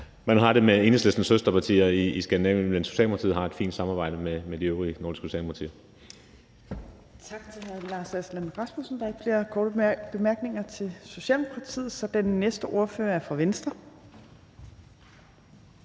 man har det med Enhedslistens søsterpartier i Skandinavien, men Socialdemokratiet har et fint samarbejde med de øvrige nordiske socialdemokratier.